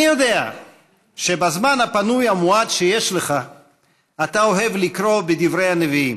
אני יודע שבזמן הפנוי המועט שיש לך אתה אוהב לקרוא בדברי הנביאים.